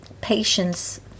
patience